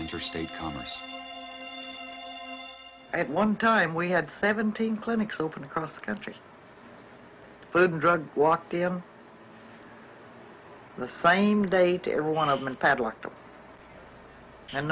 interstate commerce at one time we had seventeen clinics open across the country for drug walk them the same day to every one of them and padlock them and